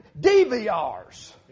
DVR's